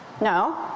No